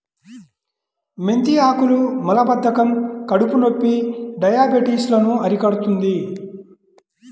మెంతి ఆకులు మలబద్ధకం, కడుపునొప్పి, డయాబెటిస్ లను అరికడుతుంది